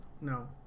No